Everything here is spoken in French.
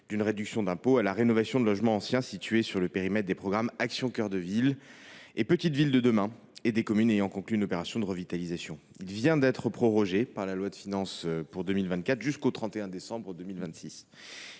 d’une réduction d’impôt, à la rénovation de logements anciens situés sur le périmètre des programmes Action cœur de ville et Petites Villes de demain et des communes ayant conclu une opération de revitalisation. Il vient d’être prorogé par la loi de finances pour 2024 jusqu’au 31 décembre 2026.